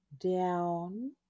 Down